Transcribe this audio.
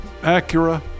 Acura